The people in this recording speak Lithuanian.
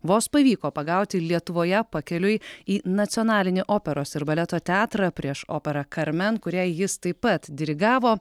vos pavyko pagauti lietuvoje pakeliui į nacionalinį operos ir baleto teatrą prieš operą karmen kurią jis taip pat dirigavo